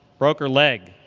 broke her leg,